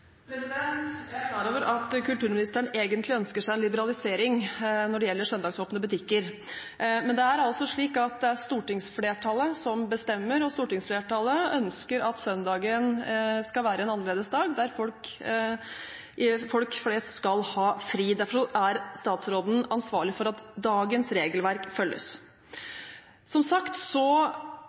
Jeg er klar over at kulturministeren egentlig ønsker seg en liberalisering når det gjelder søndagsåpne butikker. Men det er stortingsflertallet som bestemmer, og stortingsflertallet ønsker at søndagen skal være en annerledes dag, der folk flest skal ha fri. Derfor er statsråden ansvarlig for at dagens regelverk følges. Som sagt